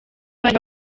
bari